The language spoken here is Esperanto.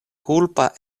kulpa